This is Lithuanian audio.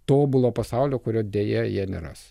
tobulo pasaulio kurio deja jie neras